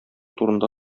турында